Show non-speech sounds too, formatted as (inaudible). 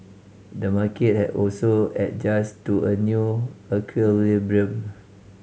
the market has also adjusted to a new (unintelligible)